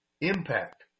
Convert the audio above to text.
impact